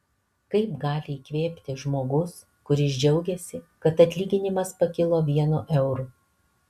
kaip gali įkvėpti žmogus kuris džiaugiasi kad atlyginimas pakilo vienu euru